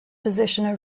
position